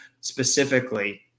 specifically